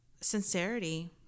sincerity